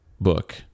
book